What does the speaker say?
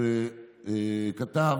שכתב